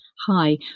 Hi